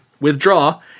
withdraw